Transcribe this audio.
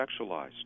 sexualized